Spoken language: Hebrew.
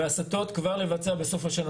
והסתות כבר לבצע בסוף השנה.